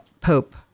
Pope